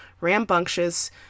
rambunctious